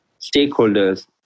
stakeholders